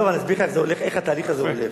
אני אסביר לך איך התהליך הזה הולך.